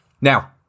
Now